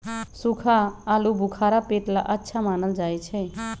सूखा आलूबुखारा पेट ला अच्छा मानल जा हई